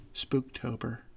Spooktober